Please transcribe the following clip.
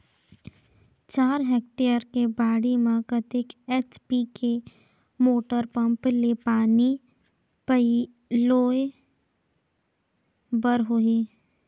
चार हेक्टेयर के बाड़ी म कतेक एच.पी के मोटर पम्म ले पानी पलोय बर होही?